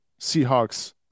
seahawks